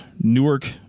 Newark